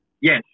Yes